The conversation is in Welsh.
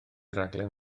raglen